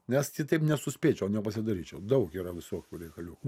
nes kitaip nesuspėčiau nepasidaryčiau daug yra visokių reikaliukų